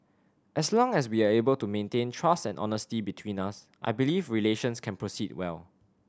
as long as we are able to maintain trust and honesty between us I believe relations can proceed well